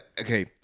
okay